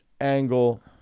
angle